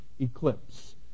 eclipse